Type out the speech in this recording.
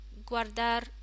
guardar